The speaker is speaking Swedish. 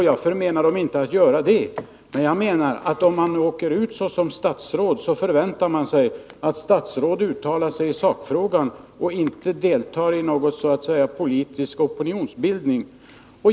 Jag förmenar dem inte att göra det. Men om ett statsråd åker ut i landet förväntar man sig att statsrådet uttalar sig i sakfrågan och inte deltar i något slags politisk opinionsbildning.